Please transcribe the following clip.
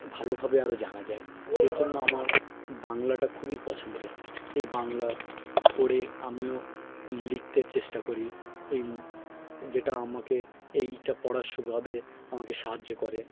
ভালোভাবে আরও জানা যায় সেই জন্য আমার বাংলাটা খুবই পছন্দের এই বাংলা পড়ে আমিও লিখতে চেষ্টা করি এই যেটা আমাকে এইটা পড়ার সুবাদে আমাকে সাহায্য করে